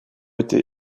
été